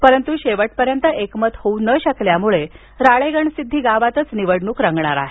परंतू शेवटपर्यंत एकमत न होऊ शकल्यामुळे राळेगणसिद्धी गावात निवडणूक रंगणार आहे